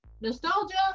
nostalgia